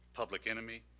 public enemy,